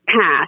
path